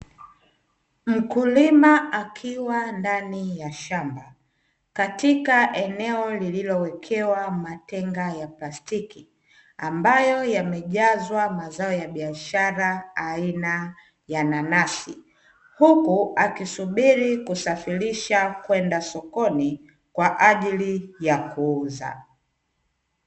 Mkulima akiwa ndani ya shamba katika eneo lililowekewa matenga ya plastiki ambayo yamejazwa mazao ya biashara aina ya nanasi, huku akisubiri kusafirisha kwenda sokoni kwa ajili ya kuuza.